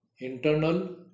internal